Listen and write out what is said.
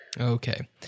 Okay